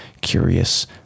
curious